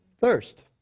Thirst